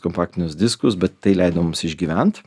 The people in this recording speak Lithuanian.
kompaktinius diskus bet tai leido mums išgyvent